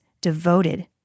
devoted